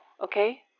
okay